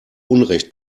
unrecht